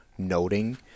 noting